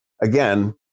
again